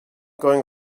going